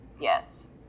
Yes